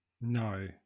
No